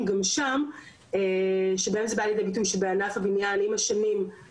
שבענף הבנייה עם השנים באמת יש יותר ויותר עובדים